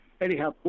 Anyhow